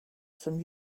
some